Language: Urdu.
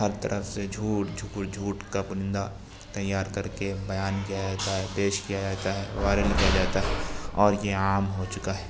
ہر طرف سے جھوٹ جھکو جھوٹ کا پلندہ تیار کر کے بیان کیا جاتا ہے پیش کیا جاتا ہے وائرل کیا جاتا ہے اور یہ عام ہو چکا ہے